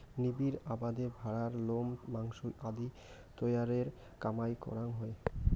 নিবিড় আবাদে ভ্যাড়ার লোম, মাংস আদি তৈয়ারের কামাই করাং হই